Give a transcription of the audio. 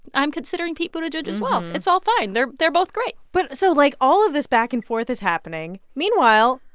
i'm considering pete buttigieg as well. it's all fine. they're they're both great but so, like, all of this back-and-forth is happening. meanwhile,